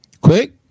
Quick